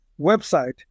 website